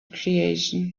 creation